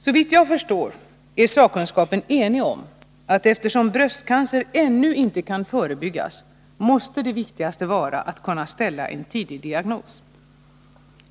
Såvitt jag förstår är sakkunskapen enig om att eftersom bröstcancer ännu inte kan förebyggas måste det viktigaste vara att kunna ställa en tidig diagnos.